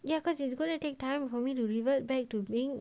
ya cause it's gonna take time for me to revert back to being